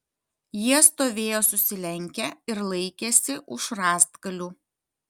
jie stovėjo susilenkę ir laikėsi už rąstgalių